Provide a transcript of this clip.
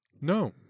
No